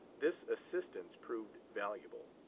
this assistance proved valuable.